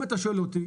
אם אתה שואל אותי,